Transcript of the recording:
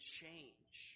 change